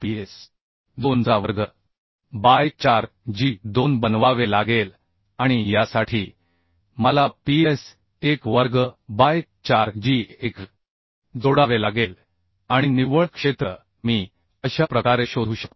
2 चा वर्ग by 4g 2 बनवावे लागेल आणि यासाठी मला PS 1वर्ग बाय 4 g 1 जोडावे लागेल आणि निव्वळ क्षेत्र मी अशा प्रकारे शोधू शकतो